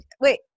Wait